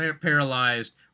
paralyzed